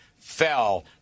fell